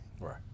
Right